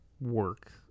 work